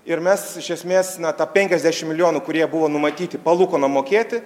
ir mes iš esmės na penkiasdešim milijonų kurie buvo numatyti palūkanom mokėti